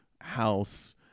house